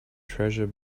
treasure